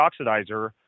oxidizer